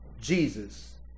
Jesus